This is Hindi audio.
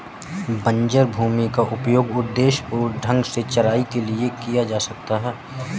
बंजर भूमि का उपयोग उद्देश्यपूर्ण ढंग से चराई के लिए किया जा सकता है